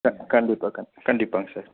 க கண்டிப்பாக கண் கண்டிப்பாகங்க சார்